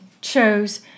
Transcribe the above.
chose